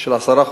של עשרה חודשים,